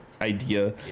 idea